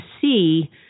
see